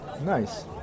Nice